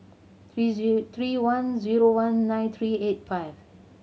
three they three one zero one nine three eight five